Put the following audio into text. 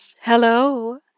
Hello